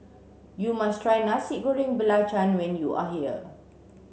you must try Nasi Goreng Belacan when you are here